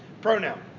Pronoun